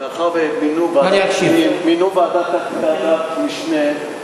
מאחר שמינו ועדת משנה,